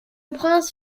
prince